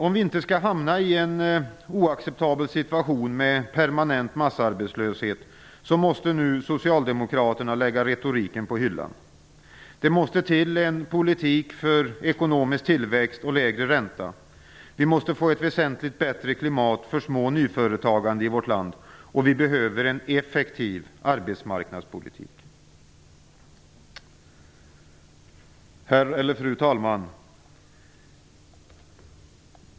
Om vi inte skall hamna i en oacceptabel situation med en permanent massarbetslöshet måste socialdemokraterna nu lägga retoriken på hyllan. Det måste till en politik för en ekonomisk tillväxt och en lägre ränta. Vi måste få ett väsentligt bättre klimat för små och nyföretagande i vårt land, och vi behöver en effektiv arbetsmarknadspolitik. Fru talman!